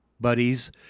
buddies